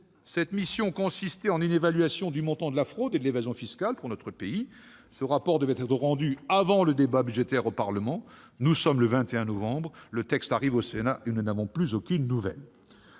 Cette mission consistait en une évaluation du montant de la fraude et de l'évasion fiscales pour notre pays. Un rapport devait être rendu avant le débat budgétaire au Parlement. Le 2 décembre ! Nous sommes le 21 novembre, le texte arrive au Sénat et nous n'avons plus aucune nouvelle.